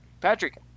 Patrick